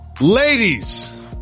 Ladies